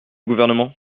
gouvernement